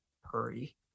hurry